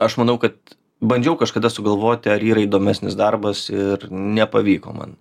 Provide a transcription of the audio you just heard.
aš manau kad bandžiau kažkada sugalvoti ar yra įdomesnis darbas ir nepavyko man